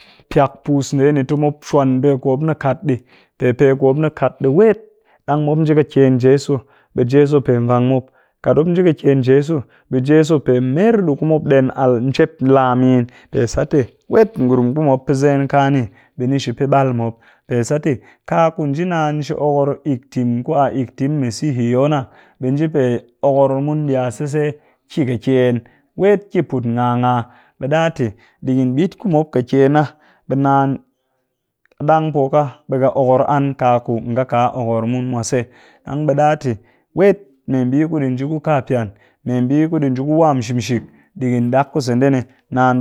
Pwak puus ndee ni tɨ mop shwan pe kumop ni kat ɗi, pe pe ku mop nikat ɗii wet, ɗang mop nji ƙɨyen jeso ɓe jeso pe vwang mop kat mop nji ƙɨkyen jeso ɓe jeso pe mer ɗii ku mop, ɗen al njep laa min pe sat tɨ wet ngurum ku mop pɨ zen ka ni ɓe ni shi pɨ ɓal mop pe sat tɨ ka ku nji naan ni shi okor ik tim ku a ik tim mu sihiyona ɓe nji pe okor mun ɗii a sise ki ƙɨkyen wet ki put ngaa ngaa ɓe ɗa tɨ digin ɓit ku mop ƙɨkyen na, ɓe naan a dang po ka ɓe ƙɨ okor mun kaku nga ƙɨ okor mun mwase, ɗang ɓe ɗa tɨ wet mee mbii ku ɗi nji ku kaa piyan, mee mbii ku ɗi nji ku wam shimsik ɗigin ɗak kusen ndee ni naan